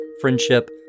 friendship